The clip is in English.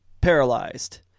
paralyzed